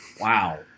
Wow